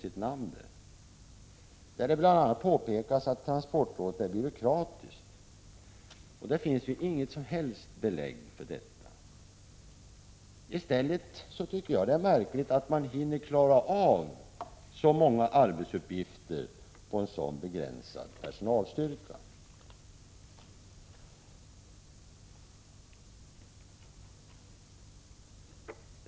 I reservationen står det bl.a. att transportrådet är byråkratiskt. Det finns ju inget som helst belägg för detta. I stället tycker jag att det är märkligt att transportrådet hinner klara av så många arbetsuppgifter med så liten personalstyrka.